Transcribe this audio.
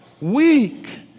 weak